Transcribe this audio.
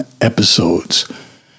episodes